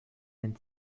den